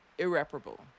irreparable